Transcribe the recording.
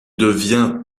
devient